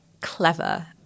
clever